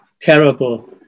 terrible